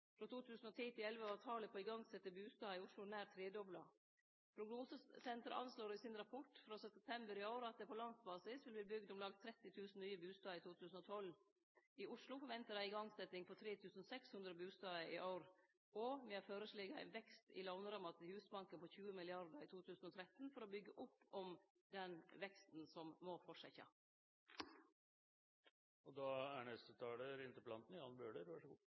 Frå 2009 til 2011 var talet på igangsette bustader i Oslo nær tredobla. Prognosesenteret anslår i sin rapport frå september i år at det på landsbasis vil verte bygd om lag 30 000 bustader i 2012. I Oslo forventar dei ei igangsetjing av 3 600 bustader i år, og me har føreslege ein vekst i låneramma til Husbanken på 20 mrd. kr i 2013 for å byggje opp om den veksten, som må